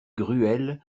gruel